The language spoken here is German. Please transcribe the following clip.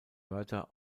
wörter